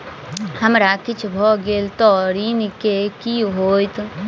हमरा किछ भऽ गेल तऽ ऋण केँ की होइत?